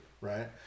right